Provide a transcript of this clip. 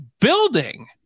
building